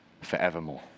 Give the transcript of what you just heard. forevermore